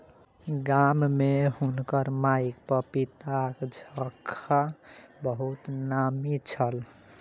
गाम में हुनकर माईक पपीताक झक्खा बहुत नामी छल